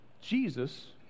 Jesus